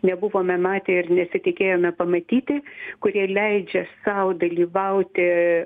nebuvome matę ir nesitikėjome pamatyti kurie leidžia sau dalyvauti